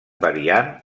variant